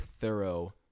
thorough